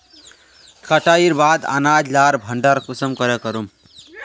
कटाईर बाद अनाज लार भण्डार कुंसम करे करूम?